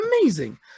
amazing